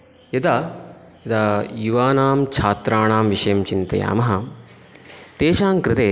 यदा युवानां छात्राणां विषयं चिन्तयामः तेषां कृते